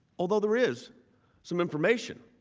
although there is some information